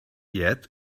yet